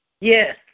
Yes